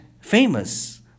famous